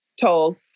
told